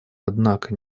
однако